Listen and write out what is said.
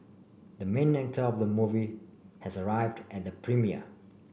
the main actor of the movie has arrived at the premiere